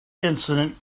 incident